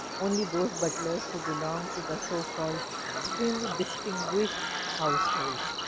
only those butlers who belong to the so-called extremely distinguished households.